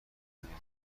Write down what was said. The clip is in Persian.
کنین